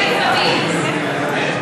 בצלאל,